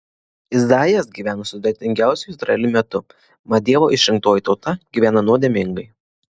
izaijas gyveno sudėtingiausiu izraeliui metu mat dievo išrinktoji tauta gyveno nuodėmingai